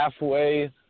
halfway